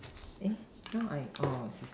eh now I oh